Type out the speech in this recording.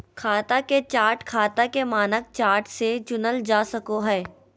खाता के चार्ट खाता के मानक चार्ट से चुनल जा सको हय